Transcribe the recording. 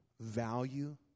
value